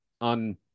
on